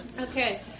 Okay